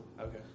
Okay